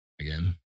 again